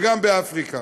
וגם באפריקה.